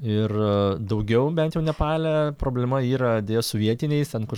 ir daugiau bent jau nepale problema yra deja su vietiniais ten kur